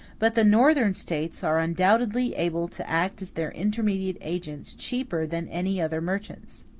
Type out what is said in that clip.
but the northern states are undoubtedly able to act as their intermediate agents cheaper than any other merchants.